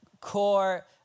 core